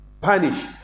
punish